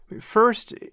First